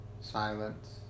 silence